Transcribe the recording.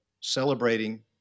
celebrating